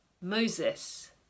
Moses